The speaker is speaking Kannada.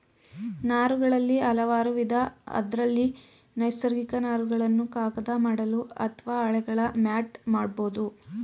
ನಾರುಗಳಲ್ಲಿ ಹಲವಾರುವಿಧ ಅದ್ರಲ್ಲಿ ನೈಸರ್ಗಿಕ ನಾರುಗಳನ್ನು ಕಾಗದ ಮಾಡಲು ಅತ್ವ ಹಾಳೆಗಳ ಮ್ಯಾಟ್ ಮಾಡ್ಬೋದು